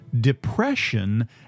depression